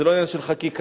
זה לא עניין של חקיקה